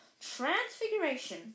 Transfiguration